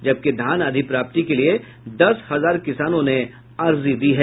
जबकि धान अधिप्राप्ति के लिये दस हजार किसानों ने अर्जी दी है